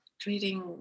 treating